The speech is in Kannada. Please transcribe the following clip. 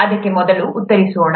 ಅದಕ್ಕೆ ಮೊದಲು ಉತ್ತರಿಸೋಣ